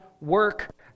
work